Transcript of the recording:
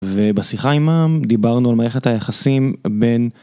ובשיחה עימם דיברנו על מערכת היחסים בין.